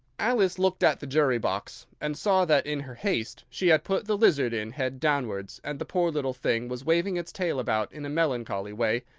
alice looked at the jury-box, and saw that, in her haste, she had put the lizard in head downwards, and the poor little thing was waving its tail about in a melancholy way,